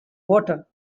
water